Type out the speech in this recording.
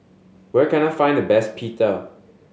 where can I find the best Pita